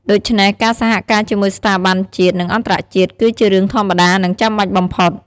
ដូច្នេះ ការសហការជាមួយស្ថាប័នជាតិ និងអន្តរជាតិ គឺជារឿងធម្មតា និងចាំបាច់បំផុត។